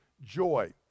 joy